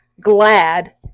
glad